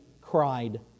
cried